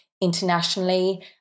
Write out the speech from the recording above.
internationally